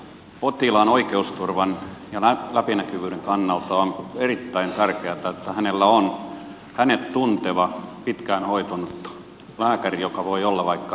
potilaan oikeusturvan ja läpinäkyvyyden kannalta on erittäin tärkeätä että hänellä on hänet tunteva häntä pitkään hoitanut lääkäri joka voi olla vaikka omalääkäri